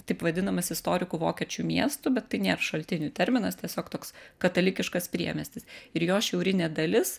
taip vadinamas istorikų vokiečių miestu bet tai nėr šaltinių terminas tiesiog toks katalikiškas priemiestis ir jo šiaurinė dalis